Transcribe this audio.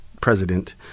president